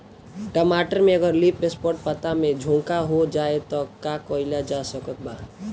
टमाटर में अगर लीफ स्पॉट पता में झोंका हो जाएँ त का कइल जा सकत बा?